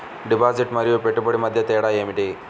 Deposit మరియు పెట్టుబడి మధ్య తేడా ఏమిటి?